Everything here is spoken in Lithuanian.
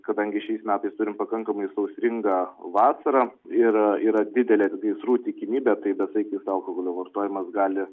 kadangi šiais metais turim pakankamai sausringą vasarą yra yra didelė gaisrų tikimybė tai besaikis alkoholio vartojimas gali